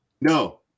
No